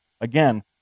again